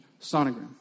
sonogram